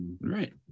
Right